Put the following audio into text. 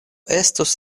estus